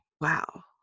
wow